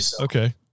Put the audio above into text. Okay